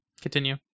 continue